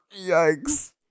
Yikes